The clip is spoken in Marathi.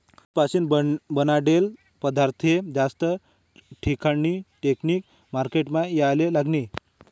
दूध पाशीन बनाडेल पदारथस्ले जास्त टिकाडानी टेकनिक मार्केटमा येवाले लागनी